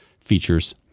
features